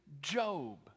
Job